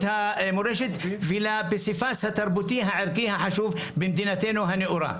המורשת ולפסיפס התרבותי הערכי החשוב במדינתנו הנאורה.